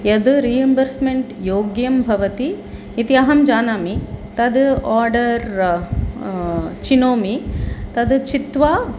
यद् रीएम्बर्स्मेण्ट् योग्यं भवति इति अहं जानामि तद् आर्डर् चिनोमि तद् चित्वा